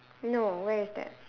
no where is that